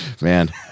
Man